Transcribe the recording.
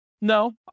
No